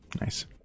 Nice